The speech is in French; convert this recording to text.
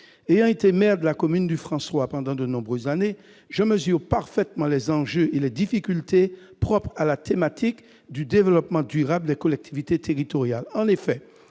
Ayant été maire de la commune du François pendant de nombreuses années, je mesure parfaitement les enjeux et les difficultés propres à la thématique du développement durable des collectivités territoriales.